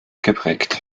geprägt